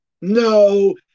No